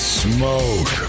smoke